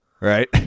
right